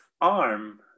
arm